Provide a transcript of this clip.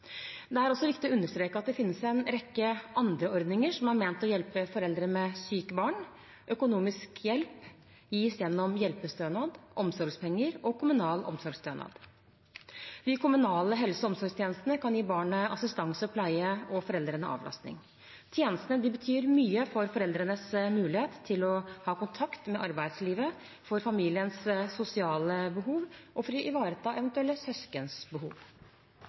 Det er også viktig å understreke at det finnes en rekke andre ordninger som er ment å hjelpe foreldre med syke barn. Økonomisk hjelp gis gjennom hjelpestønad, omsorgspenger og kommunal omsorgsstønad. De kommunale helse- og omsorgstjenestene kan gi barnet assistanse og pleie og foreldrene avlastning. Tjenestene betyr mye for foreldrenes mulighet til å ha kontakt med arbeidslivet, for familiens sosiale behov og for å ivareta eventuelle søskens behov.